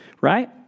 right